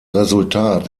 resultat